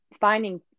finding